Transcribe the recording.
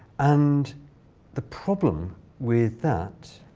and the problem with that,